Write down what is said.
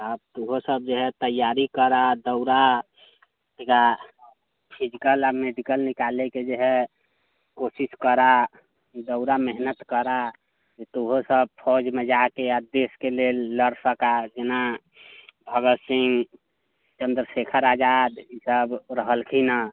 आब तोहूँ सभ जे हइ तैयारी करह दौड़ह तकर बाद फिजिकल आ मेडिकल निकालैके जे हइ कोशिश करह दौड़ह मेहनत करह जे तोहूँ सभ फौजमे जा कऽ देशके लेल लड़ि सकए जेना भगत सिंह चन्द्रशेखर आजाद ईसभ रहलखिन हेँ